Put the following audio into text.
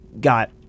got